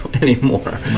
anymore